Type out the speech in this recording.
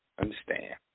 Understand